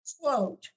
quote